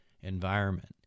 environment